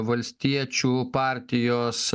valstiečių partijos